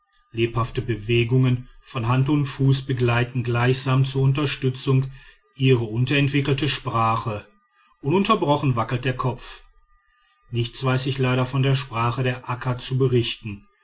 lebhafte bewegungen von hand und fuß begleiten gleichsam zur unterstützung ihre unentwickelte sprache ununterbrochen wackelt der kopf nichts weiß ich leider von der sprache der akka zu berichten